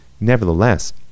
Nevertheless